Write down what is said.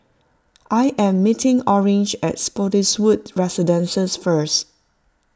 I am meeting Orange at Spottiswoode Residences first